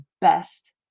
best